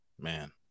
man